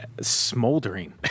smoldering